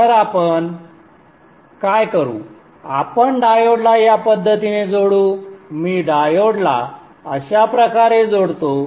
तर आपण काय करू आपण डायोडला या पद्धतीने जोडू मी डायोडला अशा प्रकारे जोडतो